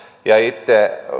ja itse